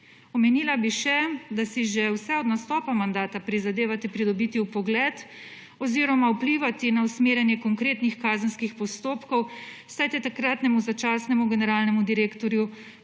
Omenila bi še, da si že vse od nastopa mandata prizadevate pridobiti vpogled oziroma vplivati na usmerjanje konkretnih kazenskih postopkov, saj ste takratnemu začasnemu generalnemu direktorju